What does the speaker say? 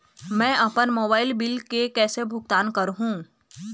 मैं अपन mobile bill के कैसे भुगतान कर हूं?